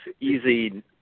easy